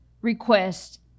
request